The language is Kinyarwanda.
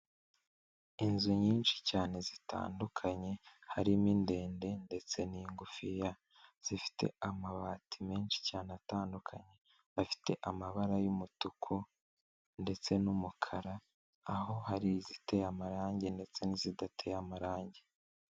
Inzu nyinshi cyane zitandukanye harimo indende ndetse n'ingufiya, zifite amabati menshi cyane atandukanye, afite amabara y'umutuku ndetse n'umukara, aho hari iziteye amarangi ndetse n'izidateye amarangi.